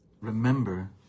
remember